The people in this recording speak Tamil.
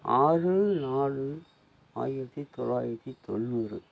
ஆறு நாலு ஆயிரத்து தொள்ளாயிரத்தி தொண்ணூறு